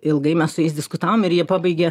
ilgai mes su jais diskutavom ir jie pabaigė